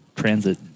Transit